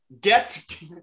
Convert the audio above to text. Guess